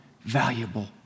valuable